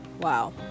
wow